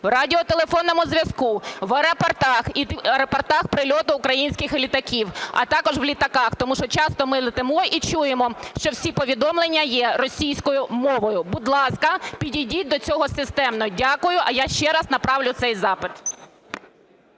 в радіотелефонному зв'язку, в аеропортах, в аеропортах прильоту українських літаків, а також в літаках. Тому що часто ми летимо і чуємо, що всі повідомлення є російською мовою. Будь ласка, підійдіть до цього системно. Дякую. А я ще раз направлю цей запит.